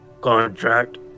Contract